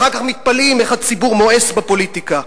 אחר כך מתפלאים איך הציבור מואס בפוליטיקה.